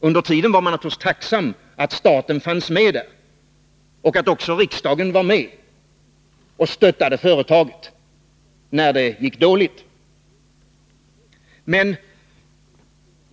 Under tiden var man givetvis tacksam för att staten fanns med och att också riksdagen därmed stöttade företaget när det gick dåligt.